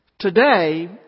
Today